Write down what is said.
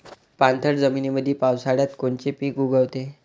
पाणथळ जमीनीमंदी पावसाळ्यात कोनचे पिक उगवते?